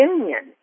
Union